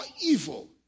evil